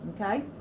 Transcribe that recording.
Okay